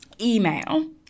email